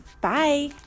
Bye